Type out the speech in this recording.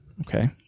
Okay